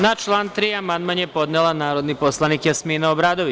Na član 3. amandman je podnela narodni poslanik Jasmina Obradović.